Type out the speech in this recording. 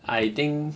I think